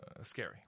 scary